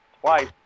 twice